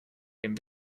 dem